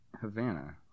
Havana